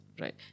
Right